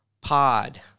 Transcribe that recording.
pod